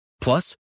Plus